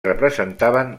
representaven